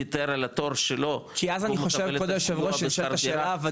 וויתר על התור שלו והוא מקבל את הסיוע בשכר דירה,